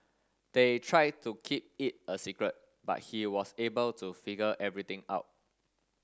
they tried to keep it a secret but he was able to figure everything out